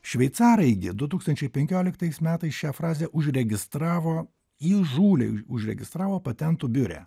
šveicarai du tūkstančiai penkioliktais metais šią frazę užregistravo įžūliai užregistravo patentų biure